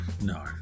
no